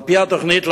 על-פי התוכנית,